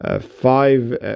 Five